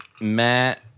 Matt